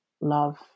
love